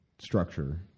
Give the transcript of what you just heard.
Structure